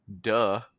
Duh